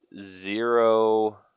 zero